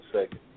second